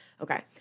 Okay